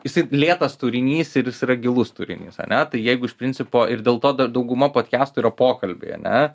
jisai lėtas turinys ir jis yra gilus turinys ane tai jeigu iš principo ir dėl to dar dauguma podkestų yra pokalbiai ane